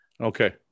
Okay